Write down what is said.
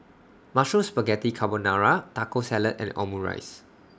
Mushroom Spaghetti Carbonara Taco Salad and Omurice